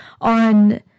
on